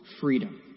freedom